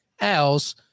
else